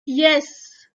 yes